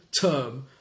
term